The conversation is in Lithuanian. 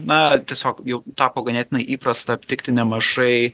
na tiesiog jau tapo ganėtinai įprasta aptikti nemažai